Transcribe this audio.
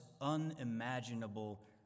unimaginable